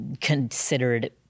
considered